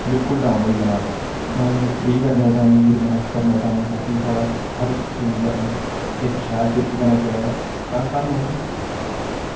बिलकुल डाउन होई जाना माइंड फ्री करने ताईं रिलेक्स करने ताईं ताकि साढ़ा हर शरीर दा अंग इक शैल तरीकै कन्नै चलै तां सानू